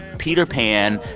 peter pan.